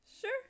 sure